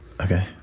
Okay